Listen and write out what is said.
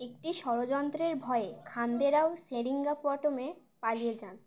একটি ষড়যন্ত্রের ভয়ে খানদেরাও সেরিঙ্গাপটমে পালিয়ে যান